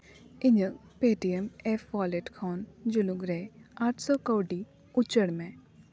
ᱤᱧᱟᱹᱜ Paytm app wallet ᱠᱷᱚᱱ ᱡᱩᱱᱩᱜᱽ ᱨᱮ ᱟᱴ ᱥᱚ ᱠᱟᱹᱣᱰᱤ ᱩᱪᱟᱹᱲ ᱢᱮ